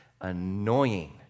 annoying